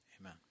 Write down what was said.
amen